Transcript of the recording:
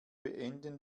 beenden